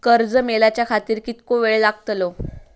कर्ज मेलाच्या खातिर कीतको वेळ लागतलो?